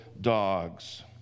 dogs